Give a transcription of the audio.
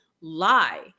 lie